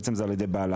בעצם זה על ידי בעליו,